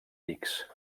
dics